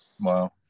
Wow